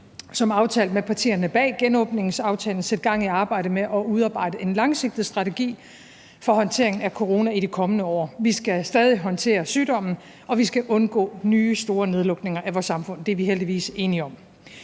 som aftalt med partierne bag genåbningsaftalen sætte gang i arbejdet med at udarbejde en langsigtet strategi for håndteringen af corona i det kommende år. Vi skal stadig håndtere sygdommen, og vi skal undgå nye store nedlukninger af vores samfund. Det er vi heldigvis enige om.